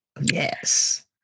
Yes